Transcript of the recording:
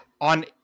on